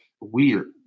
weird